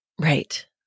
Right